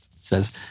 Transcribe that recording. says